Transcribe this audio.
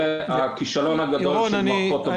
שזה הכישלון הגדול של מערכות הבריאות --- ירון,